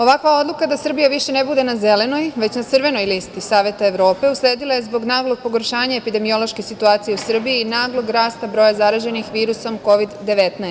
Ovakva odluka da Srbija više ne bude na zelenoj već na crvenoj listi Saveta Evrope usledila je zbog naglog pogoršanja epidemiološke situacije u Srbiji i naglog rasta broja zaraženih virusom Kovid-19.